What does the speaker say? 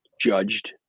judged